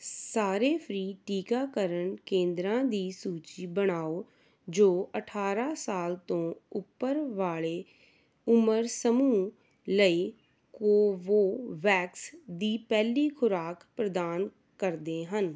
ਸਾਰੇ ਫ੍ਰੀ ਟੀਕਾਕਰਨ ਕੇਂਦਰਾਂ ਦੀ ਸੂਚੀ ਬਣਾਓ ਜੋ ਅਠਾਰਾਂ ਸਾਲ ਤੋਂ ਉੱਪਰ ਵਾਲੇ ਉਮਰ ਸਮੂਹ ਲਈ ਕੋਵੋਵੈਕਸ ਦੀ ਪਹਿਲੀ ਖੁਰਾਕ ਪ੍ਰਦਾਨ ਕਰਦੇ ਹਨ